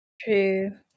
True